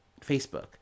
Facebook